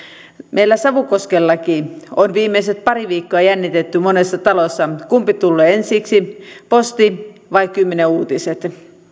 meillä savukoskellakin on viimeiset pari viikkoa jännitetty monessa talossa kumpi tulee ensiksi posti vai kymmenen uutiset